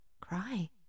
cry